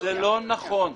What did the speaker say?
זה לא נכון.